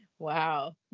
Wow